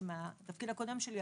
שמהתפקיד הקודם שלי,